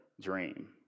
dream